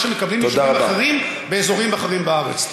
שמקבלים יישובים אחרים באזורים אחרים בארץ.